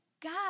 God